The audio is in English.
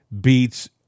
beats